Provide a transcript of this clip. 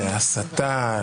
להסתה,